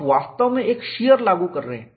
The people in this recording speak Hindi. आप वास्तव में एक शीयर लागू कर रहे हैं